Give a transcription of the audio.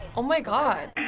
oh my god.